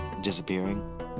disappearing